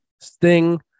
Sting